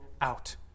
out